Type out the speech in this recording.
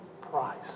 price